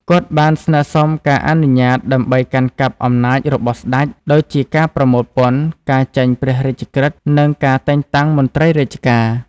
គាត់បានស្នើសុំការអនុញ្ញាតដើម្បីកាន់កាប់អំណាចរបស់ស្តេច ដូចជាការប្រមូលពន្ធ ការចេញព្រះរាជក្រឹត្យ និងការតែងតាំងមន្ត្រីរាជការ។